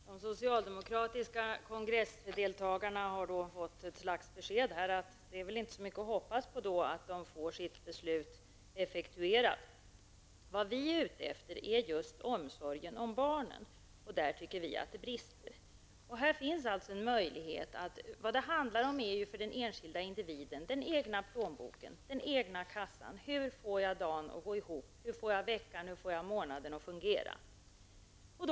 Fru talman! De socialdemokratiska kongressdeltagarna har då fått ett slags besked om att de inte skall hoppas så mycket på att de får sitt beslut effektuerat. Vad vi är ute efter är just omsorgen om barnen. Och där tycker vi att det brister. Det handlar ju om den enskilda individen och om den enskilda individens plånbok och kassa. Hur skall hon eller han få dagen, veckan eller månaden att gå ihop?